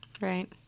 Right